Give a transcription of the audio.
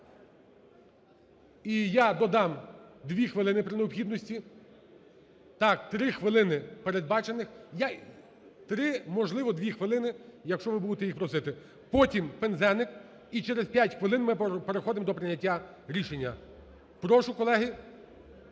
І я додам 2 хвилини при необхідності, так, 3 хвилини, передбачених… 3, можливо, 2 хвилини, якщо ви будете їх просити. Потім Пинзеник. І через 5 хвилин ми переходимо до прийняття рішення. Прошу, колеги,